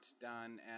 done